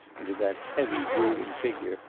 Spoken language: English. and to that heavy brooding figure,